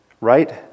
right